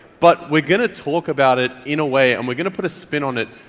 but we're gonna talk about it in a way and we're gonna put a spin on it,